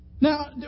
Now